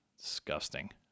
Disgusting